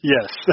Yes